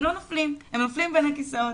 הם לא מבינים והם נופלים בין הכיסאות.